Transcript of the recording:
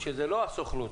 שזה לא הסוכנות,